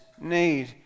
need